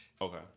Okay